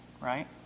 right